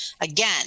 Again